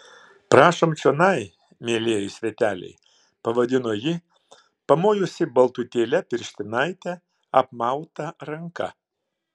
prašom čionai mielieji sveteliai pavadino ji pamojusi baltutėle pirštinaite apmauta ranka